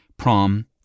Prom